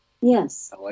Yes